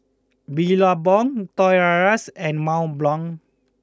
Billabong Toys R U S and Mont Blanc